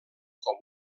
com